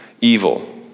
evil